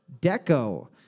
deco